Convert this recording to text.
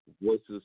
voices